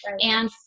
and-